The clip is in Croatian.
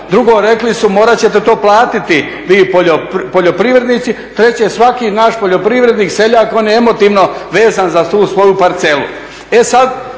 Drugo, rekli su morat ćete to platiti vi poljoprivrednici. Treće, svaki naš poljoprivrednik seljak on je emotivno vezan za tu svoju parcelu.